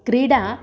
क्रीडा